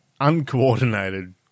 uncoordinated